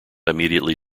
immediately